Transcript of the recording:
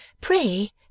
Pray